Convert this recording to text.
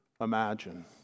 imagine